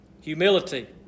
humility